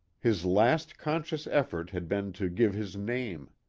his last conscious effort had been to give his name.